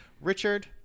Richard